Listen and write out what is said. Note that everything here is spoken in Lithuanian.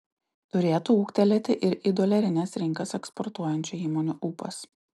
turėtų ūgtelėti ir į dolerines rinkas eksportuojančių įmonių ūpas